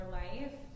life